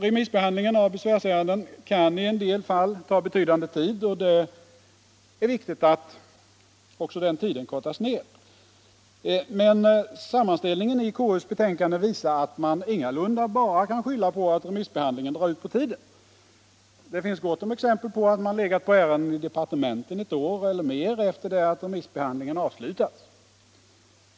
Remissbehandlingen av besvärsärenden kan i en del fall ta betydande tid. Det är viktigt att också den tiden kortas ner. Men sammanställningen i KU:s betänkande visar att man ingalunda bara kan skylla på att remissbehandlingen drar ut på tiden. Det finns gott om exempel på att departementen legat på ärenden ett år eller mer efter det att remissbehandlingen avslutats.